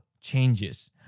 changes